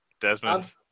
Desmond